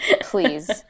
Please